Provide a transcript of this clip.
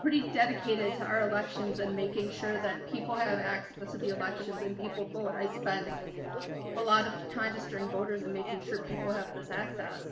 pretty dedicated to our elections and making sure that people have access to the elections and people vote. i spend a lot of time stirring voters and making sure people have this access,